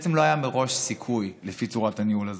בעצם לא היה מראש סיכוי לפי צורת הניהול הזאת.